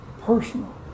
personal